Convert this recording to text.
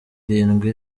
irindwi